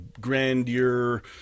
grandeur